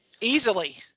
Easily